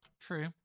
true